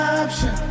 option